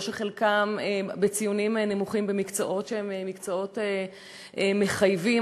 חלקם עם ציונים נמוכים במקצועות שהם מקצועות מחייבים.